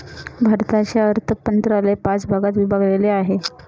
भारताचे अर्थ मंत्रालय पाच भागात विभागलेले आहे